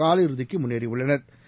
காலிறுதிக்கு முன்னேறியுள்ளனா்